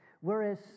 Whereas